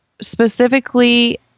specifically